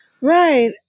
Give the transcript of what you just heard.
right